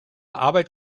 arbeit